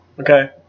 Okay